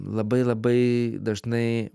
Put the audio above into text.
labai labai dažnai